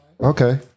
Okay